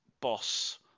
boss